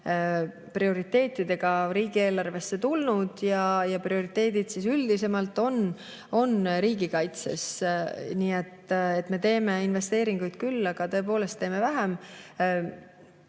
prioriteetidega riigieelarvet [koostama] tulnud, ja prioriteedid üldisemalt on riigikaitses. Me teeme investeeringuid küll, aga tõepoolest teeme vähem.